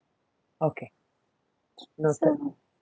okay noted